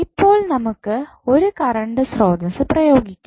ഇപ്പോൾ നമുക്ക് ഒരു കറണ്ട് സ്രോതസ്സ് പ്രയോഗിക്കാം